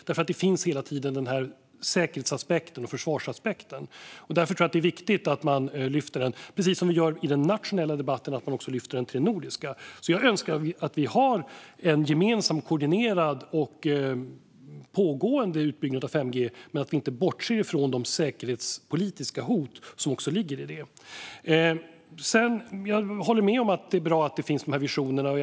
Det finns hela tiden den här säkerhets och försvarsaspekten. Därför tror jag att det är viktigt att vi lyfter den i den nordiska debatten, precis som vi gör i den nationella debatten. Jag önskar att vi har en gemensam, koordinerad och pågående utbyggnad av 5G men att vi inte bortser från de säkerhetspolitiska hot som också ligger i det. Sedan håller jag med om att det är bra att dessa visioner finns.